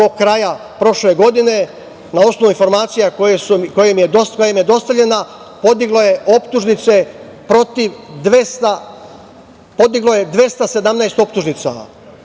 do kraja prošle godine na osnovu informacije koja im je dostavljena podiglo je 217 optužnica.